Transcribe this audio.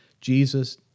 Jesus